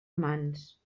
mans